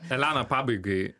elena pabaigai